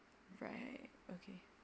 right okay